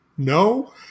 No